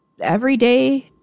everyday